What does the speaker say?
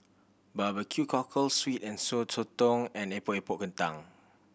Barbecue cockle sweet and Sour Sotong and Epok Epok Kentang